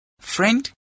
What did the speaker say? Friend